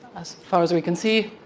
as far as we can see,